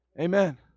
Amen